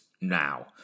now